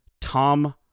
Tom